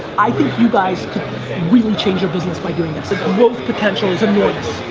i think you guys could really change your business by doing this. the growth potential is enormous.